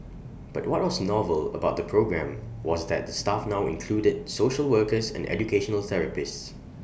but what was novel about the programme was that the staff now included social workers and educational therapists